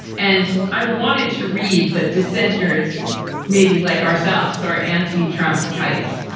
and i wanted to read that dissenters maybe like ourselves, are anti trump types.